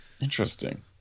Interesting